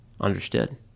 Understood